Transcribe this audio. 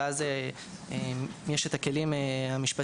ואז יש את הכלים המשפטיים